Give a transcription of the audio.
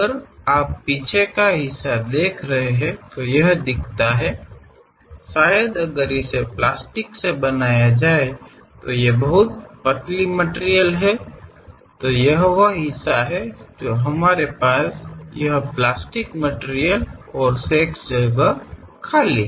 ಮತ್ತು ನೀವು ಹಿಂಭಾಗದ ಭಾಗವನ್ನು ನೋಡುತ್ತಿದ್ದರೆ ಅದು ಕಾಣುತ್ತದೆ ಬಹುಶಃ ಇದನ್ನು ಪ್ಲಾಸ್ಟಿಕ್ನಿಂದ ತುಂಬಾ ತೆಳುವಾದ ವಸ್ತುವಿನಿಂದ ತಯಾರಿಸಿದರೆ ಈ ಪ್ಲಾಸ್ಟಿಕ್ ವಸ್ತುವನ್ನು ನಾವು ಹೊಂದಿರುವ ಭಾಗ ಇದು ಮತ್ತು ಉಳಿದ ಸ್ಥಳವು ಖಾಲಿಯಾಗಿದೆ